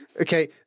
Okay